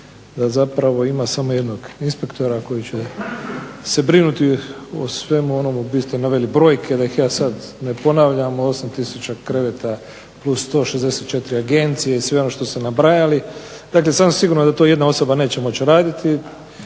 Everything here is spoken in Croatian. da zapravo ima samo jednog inspektora koji će se brinuti o svemu onome. Vi ste naveli brojke neke da ih ja sada ne ponavljam, 8 tisuća kreveta plus 164 agencije i sve ono što ste nabrajali. Dakle sasvim sigurno da to jedna osoba neće moći raditi